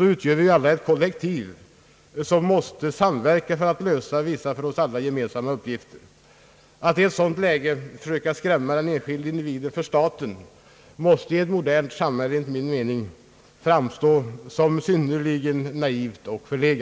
utgör ett kollektiv, som måste samverka för att lösa vissa för oss alla gemensamma uppgifter. Att i ett sådant läge försöka skrämma den enskilde individen för staten måste enligt min mening i ett modernt samhälle framstå som synnerligen naivt och förlegat.